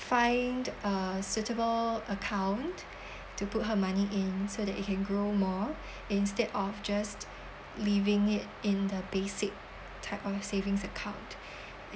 find uh suitable account to put her money in so that it can grow more instead of just leaving it in the basic type of savings account